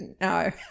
no